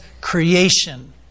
creation